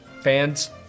fans